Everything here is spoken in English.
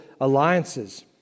alliances